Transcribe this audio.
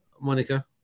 Monica